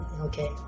okay